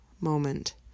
moment